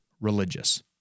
religious